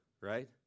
right